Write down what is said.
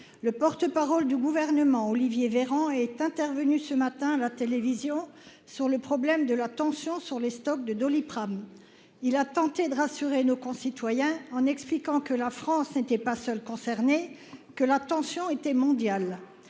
Le porte-parole du gouvernement, Olivier Véran est intervenu ce matin à la télévision sur le problème de la tension sur les stocks de Doliprane. Il a tenté de rassurer nos concitoyens en expliquant que la France n'était pas seul concerné que la tension était mondiale.